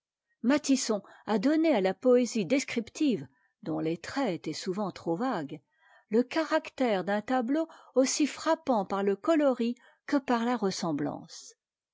gresset mattisson a donné à a poésie descriptive dont les traits étaient souvent trop vagues le caractère d'un tableau aussi frappant par le coloris que par la ressemblance